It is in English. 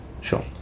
Sure